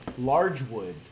Largewood